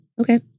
Okay